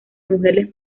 mujeres